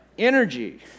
energy